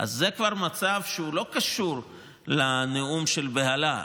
זה כבר מצב שלא קשור לנאום של בהלה,